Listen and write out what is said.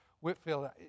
Whitfield